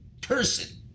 person